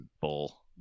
Bull